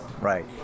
Right